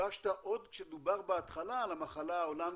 גיבשת עוד כשדובר בהתחלה על המחלה ההולנדית,